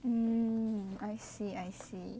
um I see I see